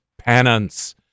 penance